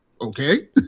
okay